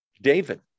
David